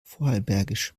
vorarlbergisch